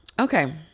Okay